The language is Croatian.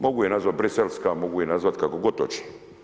Mogu je nazvat „briselska“, mogu je nazvat kako god hoće.